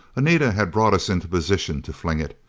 anita had brought us into position to fling it.